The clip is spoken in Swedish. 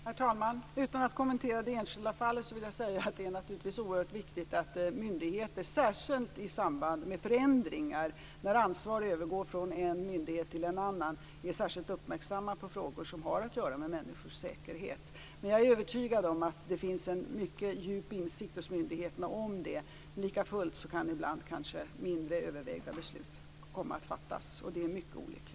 Herr talman! Utan att kommentera det enskilda fallet vill jag säga att det naturligtvis är oerhört viktigt att myndigheter, särskilt i samband med förändringar när ansvar övergår från en myndighet till en annan, är särskilt uppmärksamma på frågor som har att göra med människors säkerhet. Jag är övertygad om att det finns en mycket djup insikt hos myndigheterna om det. Likafullt kan ibland mindre övervägda beslut komma att fattas, och det är mycket olyckligt.